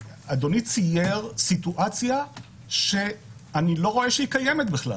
אדוני צייר סיטואציה שאני לא רואה שהיא קיימת בכלל,